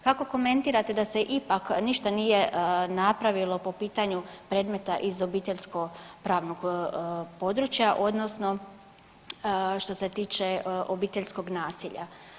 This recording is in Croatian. Kako komentirate da se ipak ništa nije napravilo po pitanju predmeta iz obiteljsko pravnog područja odnosno što se tiče obiteljskog nasilja?